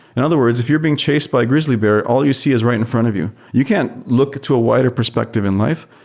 in other words, if you're being chased by a grizzly bear, all you see is right in front of you. you can look to a wider perspective in life.